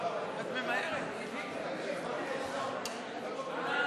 כללי אתיקה לחברי הממשלה), התשע"ז 2016, נתקבלה.